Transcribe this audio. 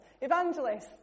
evangelists